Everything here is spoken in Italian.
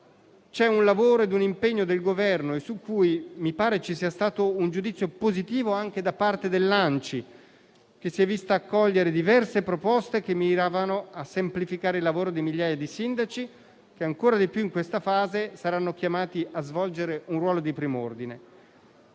sappiamo, c'è un impegno del Governo. Su tali modifiche mi pare vi sia stato un giudizio positivo anche da parte dell'ANCI, che si è vista accogliere diverse proposte miranti a semplificare il lavoro di migliaia di sindaci, i quali, ancora di più in questa fase, saranno chiamati a svolgere un ruolo di prim'ordine.